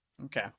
Okay